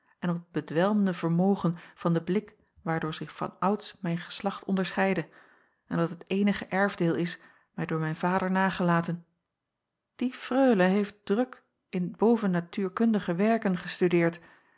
en op dat bedwelmende vermogen van den blik waardoor zich vanouds mijn geslacht onderscheidde en dat het eenige erfdeel is mij door mijn vader nagelaten die freule heeft druk in bovennatuurkundige werken gestudeerd